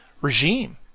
regime